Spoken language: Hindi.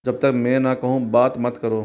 जब तक मैं न कहूँ बात मत करो